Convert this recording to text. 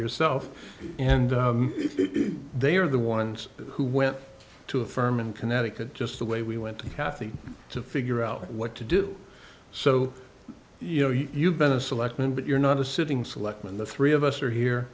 yourself and they are the ones who went to a firm in connecticut just the way we went to kathy to figure out what to do so you know you've been a selectman but you're not a sitting selectman the three of us are here